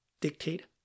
dictate